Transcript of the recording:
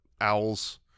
Owl's